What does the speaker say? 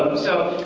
so